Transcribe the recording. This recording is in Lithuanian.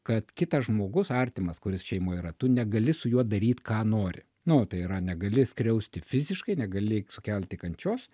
kad kitas žmogus artimas kuris šeimoj yra tu negali su juo daryt ką nori nu tai yra negali skriausti fiziškai negali sukelti kančios